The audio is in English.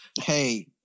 Hey